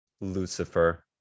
Lucifer